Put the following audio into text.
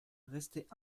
restait